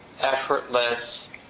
effortless